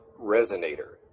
resonator